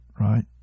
right